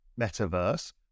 metaverse